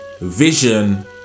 vision